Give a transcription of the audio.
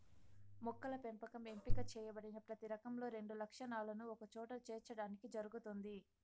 మొక్కల పెంపకం ఎంపిక చేయబడిన ప్రతి రకంలో రెండు లక్షణాలను ఒకచోట చేర్చడానికి జరుగుతుంది